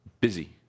busy